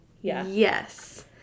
Yes